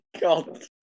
god